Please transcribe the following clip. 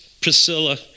Priscilla